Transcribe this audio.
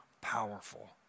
powerful